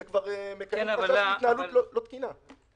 זה כבר מקיים חשש להתנהלות לא תקינה.